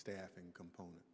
staffing component